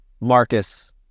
Marcus